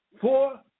four